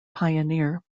pioneer